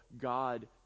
God